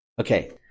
Okay